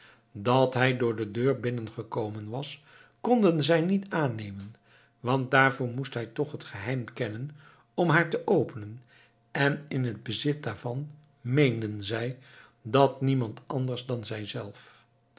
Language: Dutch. dat hij door de deur binnen gekomen was konden zij niet aannemen want daarvoor moest hij toch het geheim kennen om haar te openen en in het bezit daarvan meenden zij was niemand anders dan zij zelf